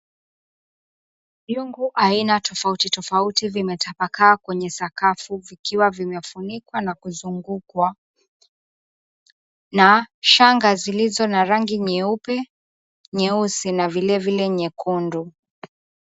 Vyungu aina tofauti tofauti vimetapakaa kwenye sakafu, vikiwa vimefunikwa na kuzungukwa na shanga zilizo na rangi nyeupe, nyeusi na vilevile nyekundu.